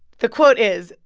the quote is,